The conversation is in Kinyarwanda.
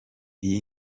iyi